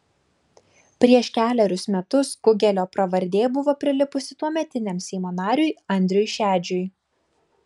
prieš kelerius metus kugelio pravardė buvo prilipusi tuometiniam seimo nariui andriui šedžiui